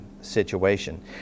situation